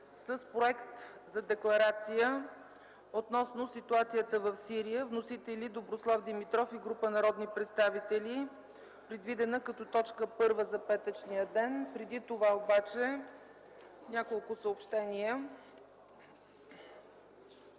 с Проект за декларация относно ситуацията в Сирия. Вносители са Доброслав Димитров и група народни представители. Предвидена е като точка първа за петъчния ден. Преди това няколко съобщения.